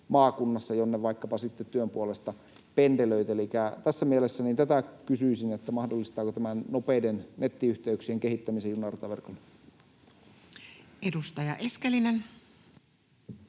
maakunnassa, jonne vaikkapa työn puolesta pendelöit. Elikkä tässä mielessä tätä kysyisin: mahdollistaako tämä nopeiden nettiyhteyksien kehittämisen junarataverkolle? [Speech